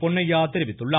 பொன்னையா தெரிவித்துள்ளார்